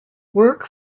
work